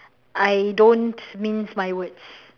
I don't mince my words